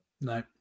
No